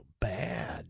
bad